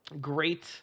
Great